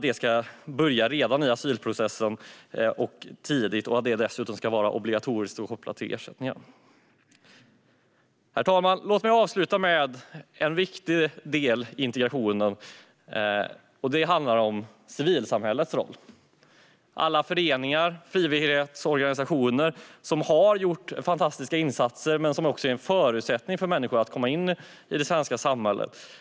Den ska börja tidigt, redan i asylprocessen, och ska dessutom vara obligatorisk och kopplad till ersättningar. Herr talman! Låt mig avsluta med att säga något om en viktig del av integrationen, nämligen civilsamhällets roll. Alla föreningar och frivilligorganisationer som har gjort fantastiska insatser är en förutsättning för människor att komma in i det svenska samhället.